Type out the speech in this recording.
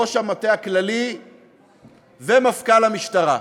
ראש המטה הכללי ומפכ"ל המשטרה,